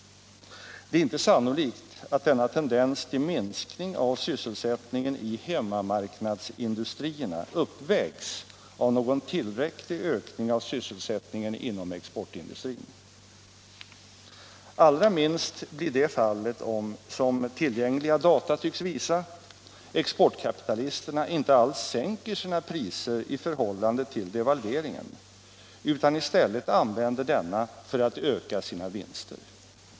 Det är inte sannolikt att denna tendens till minskning av sysselsättningen i hemmamarknadsindustrierna uppvägs av någon tillräcklig ökning av sysselsättningen inom exportindustrin. Allra minst blir det fallet om, som tillgängliga data tycks visa, exportkapitalisterna inte alls sänker sina priser i förhållande till devalveringen utan i stället använder denna för att öka sina vinster.